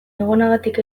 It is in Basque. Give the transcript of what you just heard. egonagatik